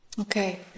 Okay